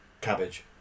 Cabbage